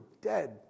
dead